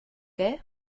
què